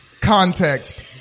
context